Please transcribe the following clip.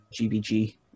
GBG